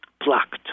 blocked